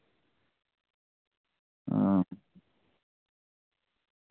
हां